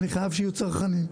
אני חייב שיהיו צרכנים,